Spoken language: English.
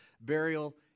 burial